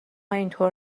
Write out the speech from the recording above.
اینطور